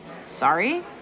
Sorry